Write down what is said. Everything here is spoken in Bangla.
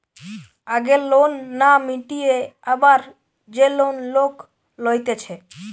আগের লোন না মিটিয়ে আবার যে লোন লোক লইতেছে